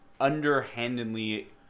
underhandedly